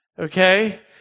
okay